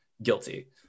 guilty